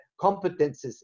competences